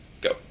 go